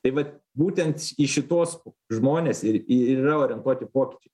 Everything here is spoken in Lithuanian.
tai vat būtent į šituos žmones ir ir yra orientuoti pokyčiai